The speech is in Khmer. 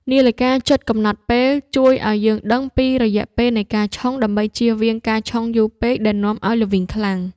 នាឡិកាចុចកំណត់ពេល ជួយឱ្យយើងដឹងពីរយៈពេលនៃការឆុង ដើម្បីជៀសវាងការឆុងយូរពេកដែលនាំឱ្យល្វីងខ្លាំង។